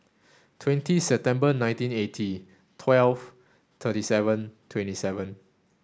twenty September nineteen eighty twelve thirty seven twenty seven